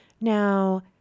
Now